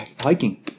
hiking